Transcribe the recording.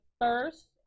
first